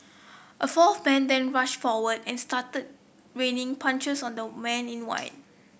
a fourth man then rushed forward and started raining punches on the man in white